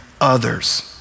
others